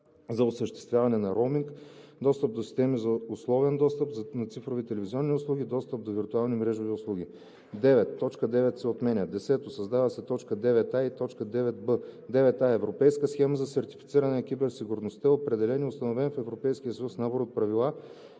за осъществяване на роуминг; достъп до системи за условен достъп за цифрови телевизионни услуги; достъп до виртуални мрежови услуги.“ 9. Точка 9 се отменя. 10. Създават се т. 9а и 9б: „9а. „Европейска схема за сертифициране на киберсигурността“ е определен и установен в Европейския съюз набор от правила,